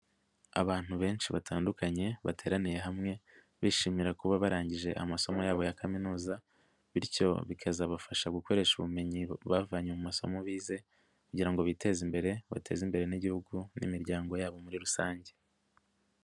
Abantu benshi batandukanye bateraniye hamwe, bishimira kuba barangije amasomo yabo ya kaminuza bityo bikazabafasha gukoresha ubumenyi bavanye mu masomo bize kugira ngo biteze imbere, bateze imbere n'Igihugu, n'imiryango yabo muri rusange.